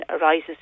arises